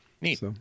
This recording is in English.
neat